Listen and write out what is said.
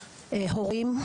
הורים,